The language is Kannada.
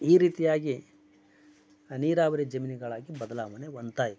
ಈ ರೀತಿಯಾಗಿ ನೀರಾವರಿ ಜಮೀನುಗಳಾಗಿ ಬದಲಾವಣೆ ಹೊಂದ್ತಾ ಇದೆ